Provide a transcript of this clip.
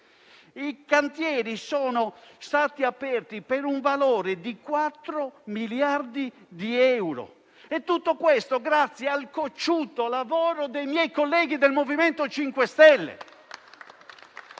I cantieri sono stati aperti per un valore pari a 4 miliardi di euro. Tutto questo è avvenuto grazie al cocciuto lavoro dei miei colleghi del MoVimento 5 Stelle,